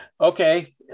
okay